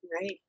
right